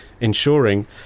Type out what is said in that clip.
ensuring